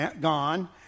gone